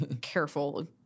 careful